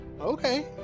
Okay